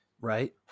Right